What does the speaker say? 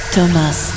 Thomas